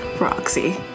Roxy